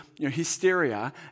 hysteria